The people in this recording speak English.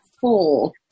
four